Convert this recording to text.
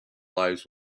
lives